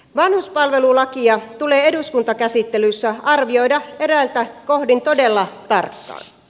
vanhuspalvelulakia tulee eduskuntakäsittelyssä arvioida eräiltä kohdin todella tarkkaan